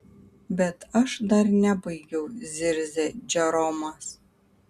bet aš dar nebaigiau zirzė džeromas